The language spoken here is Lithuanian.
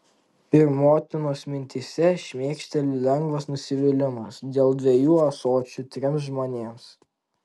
ir motinos mintyse šmėkšteli lengvas nusivylimas dėl dviejų ąsočių trims žmonėms